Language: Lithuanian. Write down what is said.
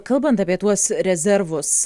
kalbant apie tuos rezervus